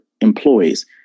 employees